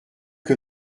que